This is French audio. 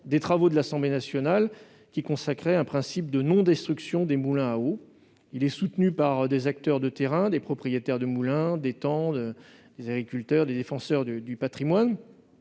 des travaux de l'Assemblée nationale, rédaction qui consacrait un principe de non-destruction des moulins à eau. Elle est soutenue par des acteurs de terrain, parmi lesquels des propriétaires de moulins ou d'étangs, des agriculteurs et des défenseurs du patrimoine.